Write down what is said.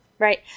Right